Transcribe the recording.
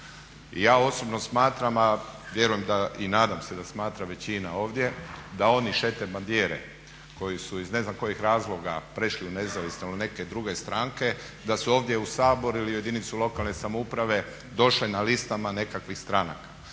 ja osobno smatram a vjerujem da i nadam se da smatra većina ovdje da oni sete bandiere koje su iz ne znam kojih razloga prešli u nezavisne ili neke druge stranke da su ovdje u Sabor ili u jedinicu lokalne samouprave došle na listama nekakvih stranaka